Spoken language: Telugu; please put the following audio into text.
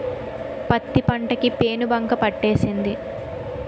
పత్తి పంట కి పేనుబంక పట్టేసింది